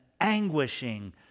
anguishing